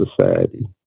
Society